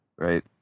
Right